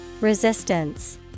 resistance